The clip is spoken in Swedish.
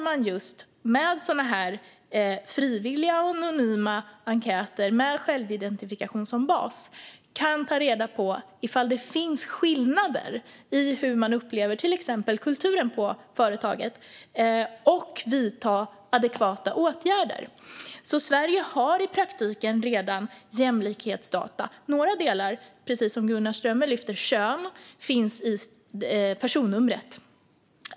Med just sådana här frivilliga och anonyma enkäter med självidentifikation som bas kan de ta reda på ifall det finns skillnader i hur man upplever till exempel kulturen på företaget och vidta adekvata åtgärder. Sverige har alltså i praktiken redan jämlikhetsdata. Några delar finns i personnumret, precis som Gunnar Strömmer lyfter, till exempel kön.